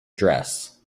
dress